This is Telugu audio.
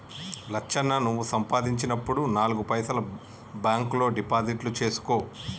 లచ్చన్న నువ్వు సంపాదించినప్పుడు నాలుగు పైసలు బాంక్ లో డిపాజిట్లు సేసుకో